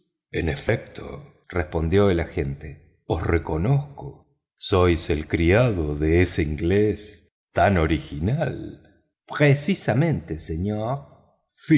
en efecto respondió el agente os reconozco sois el criado de ese inglés tan original precisamente señor